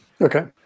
Okay